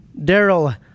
Daryl